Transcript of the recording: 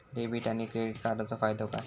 Debit आणि credit कार्डचो फायदो काय?